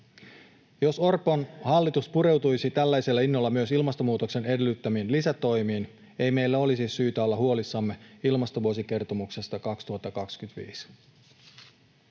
Jos Orpon hallitus pureutuisi tällaisella innolla myös ilmastonmuutoksen edellyttämiin lisätoimiin, ei meillä olisi syytä olla huolissamme ilmastovuosikertomuksesta 2025.